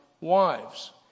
wives